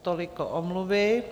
Toliko omluvy.